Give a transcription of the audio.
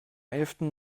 elften